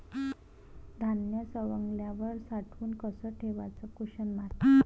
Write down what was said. धान्य सवंगल्यावर साठवून कस ठेवाच?